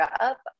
up